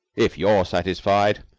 if you're satisfied,